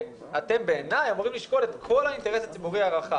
אתם בעיניי אמורים לשקול את כל האינטרס הציבורי הרחב.